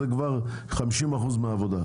וזה כבר 50% מהעבודה.